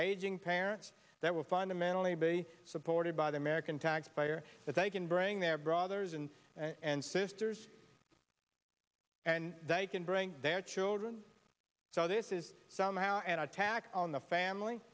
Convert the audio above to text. aging parents that will fundamentally be supported by the american taxpayer that they can bring their brothers and sisters and they can bring their children so this is somehow an attack on the family